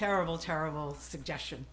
terrible terrible suggestion